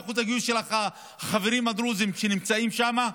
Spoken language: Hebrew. ואחוז הגיוס של החברים הדרוזים שנמצאים שם,